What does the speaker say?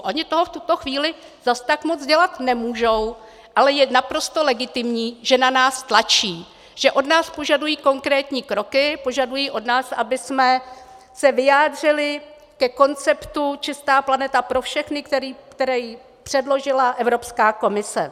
Oni toho v tuto chvíli zase tak moc dělat nemůžou, ale je naprosto legitimní, že na nás tlačí, že od nás požadují konkrétní kroky, požadují od nás, abychom se vyjádřili ke konceptu Čistá planeta pro všechny, který předložila Evropská komise.